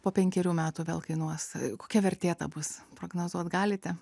po penkerių metų vėl kainuos kokia vertė ta bus prognozuot galite